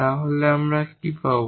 তাহলে আমরা কি পাব